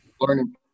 learning